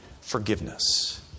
forgiveness